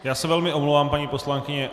Já se velmi omlouvám, paní poslankyně.